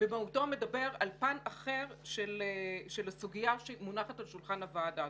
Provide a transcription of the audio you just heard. במהותו מדבר על פן אחר של הסוגיה שמונחת על שולחן הוועדה.